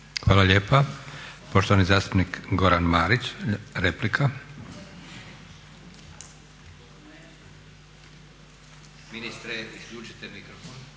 Hvala lijepa. Poštovani zastupnik Goran Marić, replika. **Marić, Goran